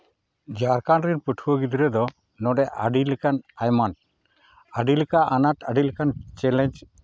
ᱡᱷᱟᱲᱠᱷᱚᱸᱰ ᱨᱮᱱ ᱯᱟᱹᱴᱷᱩᱣᱟᱹ ᱜᱤᱫᱽᱨᱟᱹ ᱫᱚ ᱱᱚᱰᱮ ᱟᱹᱰᱤ ᱞᱮᱱᱠᱟᱱ ᱟᱭᱢᱟ ᱟᱹᱰᱤ ᱞᱮᱠᱟᱱ ᱟᱱᱟᱴ ᱟᱹᱰᱤ ᱞᱮᱠᱟᱱ ᱪᱮᱞᱮᱧᱡᱽ